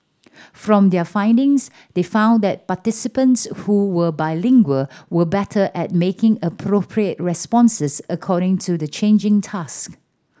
from their findings they found that participants who were bilingual were better at making appropriate responses according to the changing task